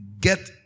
Get